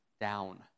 down